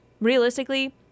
realistically